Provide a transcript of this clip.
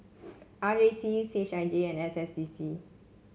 R J C C H I J and S S D C